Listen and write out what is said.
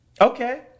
Okay